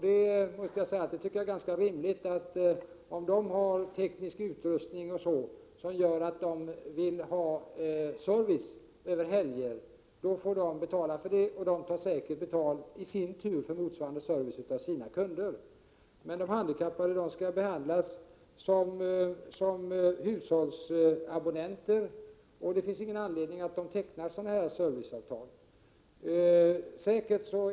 Det är ganska rimligt att företag som har teknisk utrustning m.m. som gör att de vill ha service över helger får betala för det. De tar säkert i sin tur betalt för motsvarande service av sina kunder. De handikappade skall behandlas som hushållsabonnenter, och det finns 135 ingen anledning att de tecknar serviceavtal.